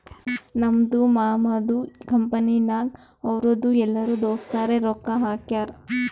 ನಮ್ದು ಮಾಮದು ಕಂಪನಿನಾಗ್ ಅವ್ರದು ಎಲ್ಲರೂ ದೋಸ್ತರೆ ರೊಕ್ಕಾ ಹಾಕ್ಯಾರ್